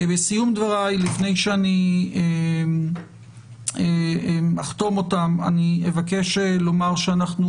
בסיום דבריי לפני שאני אחתום אותם אני אבקש לומר שאנחנו